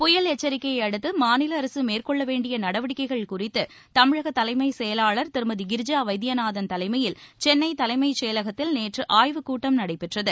புயல் எச்சரிக்கையை அடுத்து மாநில அரசு மேற்கொள்ள வேண்டிய நடவடிக்கைகள் குறித்து தமிழக தலைமைச் செயலாளர் திருமதி கிரிஜா வைத்தியநாதன் தலைமையில் சென்னை தலைமைச் செயலகத்தில் நேற்று ஆய்வுக் கூட்டம் நடைபெற்றது